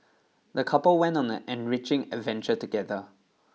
the couple went on an enriching adventure together